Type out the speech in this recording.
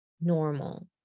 normal